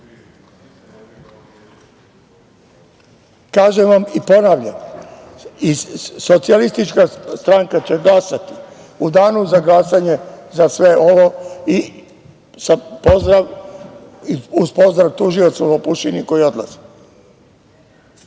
drugi. Kažem vam i ponavljam, Socijalistička stranka će glasati u danu za glasanje za sve ovo uz pozdrav tužiocu Lopušini koji odlazi,